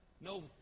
No